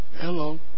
Hello